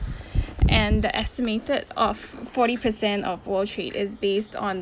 and the estimated of forty percent of world trade is based on